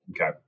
Okay